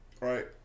Right